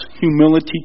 humility